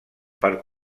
per